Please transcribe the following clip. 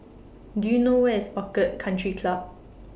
Do YOU know Where IS Orchid Country Club